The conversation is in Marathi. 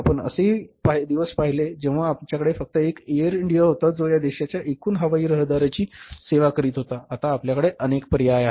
आपण असेही दिवस पहिले जेव्हा आमच्याकडे फक्त एक एअर इंडिया होता जो या देशाच्या एकूण हवाई रहदारीची सेवा करीत होता आता आपल्याकडे अनेक पर्याय आहेत